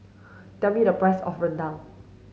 tell me the price of Rendang